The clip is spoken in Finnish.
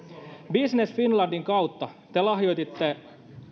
business finlandin kautta te lahjoititte